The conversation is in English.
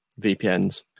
VPNs